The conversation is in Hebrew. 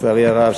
לצערי הרב,